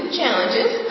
challenges